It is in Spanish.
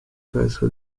caso